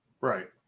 right